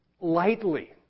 lightly